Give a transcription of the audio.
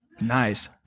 Nice